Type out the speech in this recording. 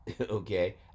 okay